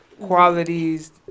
qualities